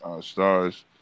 stars